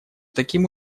таким